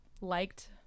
liked